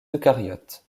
eucaryotes